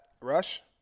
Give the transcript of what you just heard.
Rush